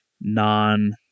non